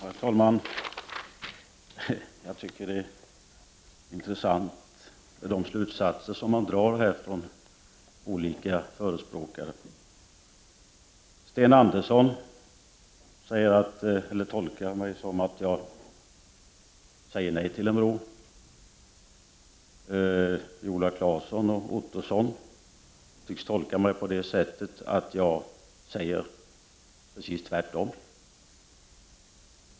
Herr talman! Jag tycker det är intressant att höra vilka slutsatser de olika förespråkarna drar av mitt inlägg. Sten Andersson i Malmö tolkar mig så att 33 jag säger nej till en bro. Viola Claesson och Roy Ottosson tycks tolka mig på det sättet att jag säger precis tvärtom.